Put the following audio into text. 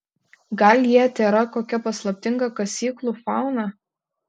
gal jie tėra kokia paslaptinga kasyklų fauna